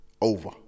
over